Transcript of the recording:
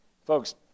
Folks